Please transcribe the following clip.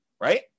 right